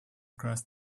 across